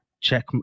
check